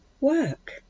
work